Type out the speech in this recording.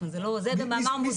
זה במאמר מוסגר.